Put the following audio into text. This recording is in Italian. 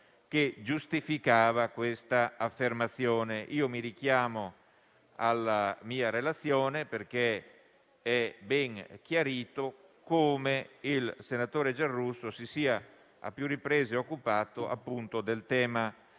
che giustificava tale affermazione. Mi richiamo alla mia relazione, perché è ben chiarito come il senatore Giarrusso si sia a più riprese occupato del tema